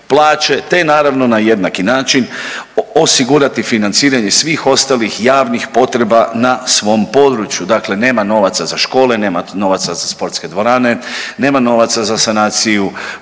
te naravno na jednaki način osigurati financiranje svih ostalih javnih potreba na svom području. Dakle, nema novaca za škole, nema novaca za sportske dvorane, nema novaca za sanaciju